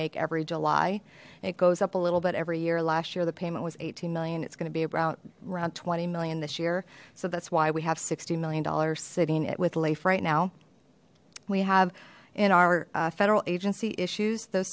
make every july it goes up a little bit every year last year the payment was eighteen million it's going to be about around twenty million this year so that's why we have sixty million dollars sitting it with lafe right now we have in our federal agency issues those